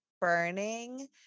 burning